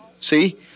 See